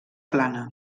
plana